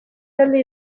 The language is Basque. talde